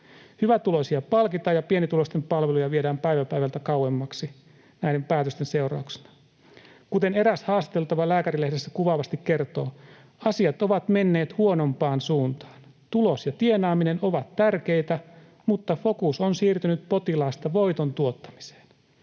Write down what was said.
Hyvätuloisia palkitaan ja pienituloisten palveluja viedään päivä päivältä kauemmaksi näiden päätösten seurauksena.” Kuten eräs haastateltava Lääkärilehdessä kuvaavasti kertoo: ”Asiat ovat menneet huonompaan suuntaan. Tulos ja tienaaminen ovat tärkeitä, mutta fokus on siirtynyt potilaasta voiton tuottamiseen.